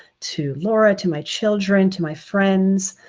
to laura, to my children, to my friends,